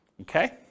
Okay